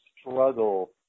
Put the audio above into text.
struggle